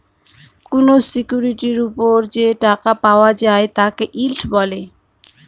কোনো সিকিউরিটির ওপর যে টাকা পাওয়া যায় তাকে ইল্ড বলে